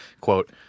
quote